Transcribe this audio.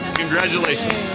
congratulations